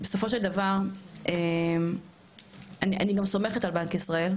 בסופו של דבר אני גם סומכת על בנק ישראל,